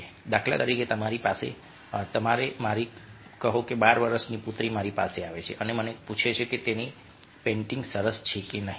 દાખલા તરીકે મારી કહો કે 12 વર્ષની પુત્રી મારી પાસે આવે છે અને મને પૂછે છે કે તેણીની પેઇન્ટિંગ સરસ છે કે નહીં